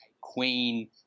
queen